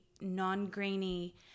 non-grainy